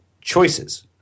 choices